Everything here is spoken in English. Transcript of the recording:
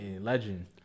Legend